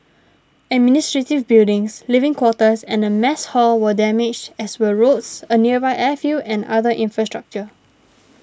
administrative buildings living quarters and a mess hall were damaged as were roads a nearby airfield and other infrastructure